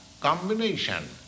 combination